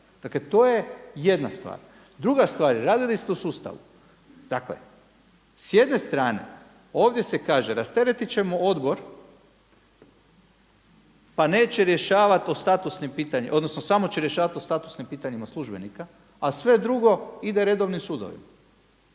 Dakle to je jedna stvar. Druga stvar je, radili ste u sustavu. Dakle, s jedne strane ovdje se kaže rasteretiti ćemo odbor pa neće rješavati o statusnim pitanjima, odnosno samo će rješavati o statusnim pitanjima službenika a sve drugo ide redovnim sudovima.